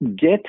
get